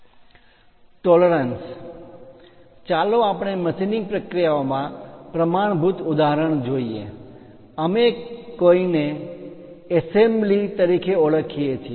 tolerance પરિમાણ માં માન્ય તફાવત ચાલો આપણે મશીનીંગ પ્રક્રિયાઓમાં પ્રમાણભૂત ઉદાહરણ જોઈએ અમે કોઈક ને ને એસેમ્બલી સંયોજન તરીકે ઓળખીએ છીએ